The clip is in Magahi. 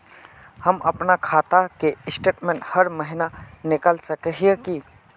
हम अपना खाता के स्टेटमेंट हर महीना निकल सके है की?